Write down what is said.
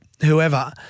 whoever –